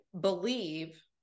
believe